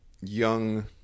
young